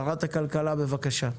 שרת הכלכלה, בבקשה.